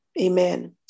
amen